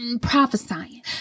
prophesying